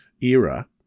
era